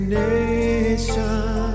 nation